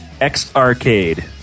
X-Arcade